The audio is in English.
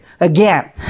again